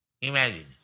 Imagine